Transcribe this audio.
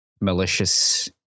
malicious